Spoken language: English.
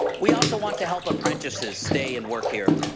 we also want to help apprentices stay and work here.